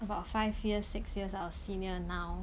about five years six years our senior now